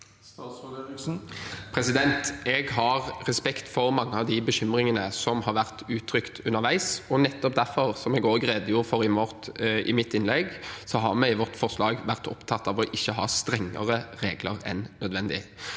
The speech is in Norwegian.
Jeg har respekt for mange av de bekymringene som har vært uttrykt underveis. Nettopp derfor, som jeg også redegjorde for i mitt innlegg, har vi i vårt forslag vært opptatt av å ikke ha strengere regler enn nødvendig.